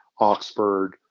Oxford